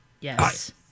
Yes